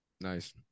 Nice